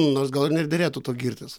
nors gal ir nederėtų tuo girtis